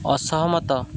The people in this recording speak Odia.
ଅସହମତ